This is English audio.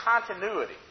continuity